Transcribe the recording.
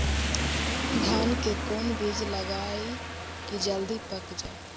धान के कोन बिज लगईयै कि जल्दी पक जाए?